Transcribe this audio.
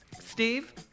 Steve